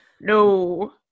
No